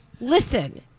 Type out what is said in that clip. Listen